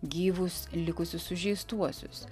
gyvus likusius sužeistuosius